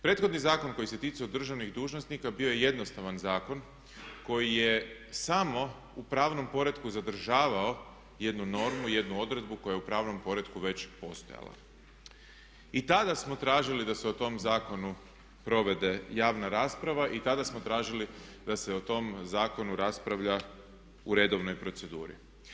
Prethodni zakon koji se ticao državnih dužnosnika bio je jednostavan zakon koji je samo u pravnom poretku zadržavao jednu normu i jednu odredbu koja je u pravnom poretku već postojala i tada smo tražili da se o tom zakonu provede javna rasprava i tada smo tražili da se o tom zakonu raspravlja u redovnoj proceduri.